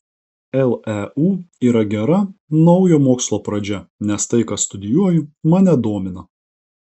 leu yra gera naujo mokslo pradžia nes tai ką studijuoju mane domina